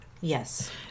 Yes